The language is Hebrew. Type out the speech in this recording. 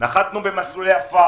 נחתנו במסלולי עפר